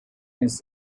his